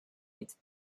its